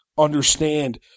Understand